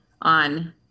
on